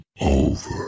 over